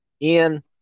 Ian